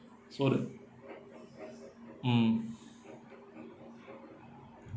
so did mm